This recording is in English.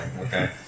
Okay